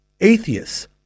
atheists